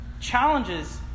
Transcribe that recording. challenges